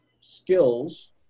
skills